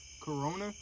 corona